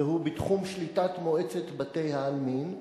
והוא בתחום שליטת מועצת בתי-העלמין,